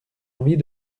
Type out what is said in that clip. envie